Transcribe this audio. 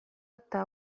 eta